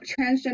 transgender